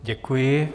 Děkuji.